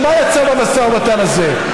ומה יצא מהמשא ומתן הזה?